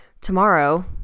tomorrow